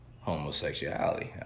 homosexuality